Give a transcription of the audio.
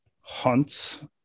hunts